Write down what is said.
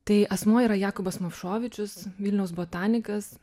tai asmuo yra jakubas movšovičius vilniaus botanikas